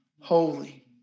holy